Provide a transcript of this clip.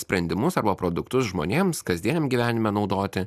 sprendimus arba produktus žmonėms kasdieniam gyvenime naudoti